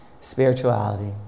spirituality